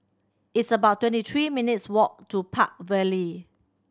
it's about twenty three minutes' walk to Park Vale